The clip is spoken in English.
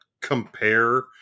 compare